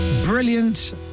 Brilliant